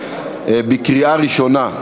קריאה ראשונה.